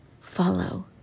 follow